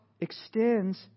extends